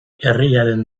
herriaren